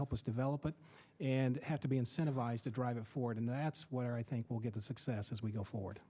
help us develop it and have to be incentivized to drive a ford and that's where i think we'll get a success as we go forward